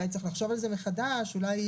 אולי צריך לחשוב על זה מחדש, אולי